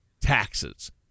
taxes